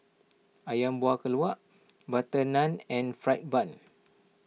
Ayam Buah Keluak Butter Naan and Fried Bun